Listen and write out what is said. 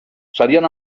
serien